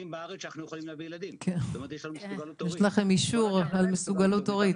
שאנחנו יכולים לעשות כאן משהו שהוא באמת מאוד מאוד ראוי,